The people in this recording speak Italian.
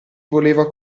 voleva